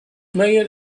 million